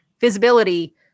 visibility